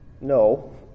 No